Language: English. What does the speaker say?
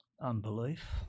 unbelief